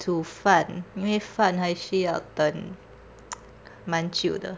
煮饭因为饭还需要等蛮久的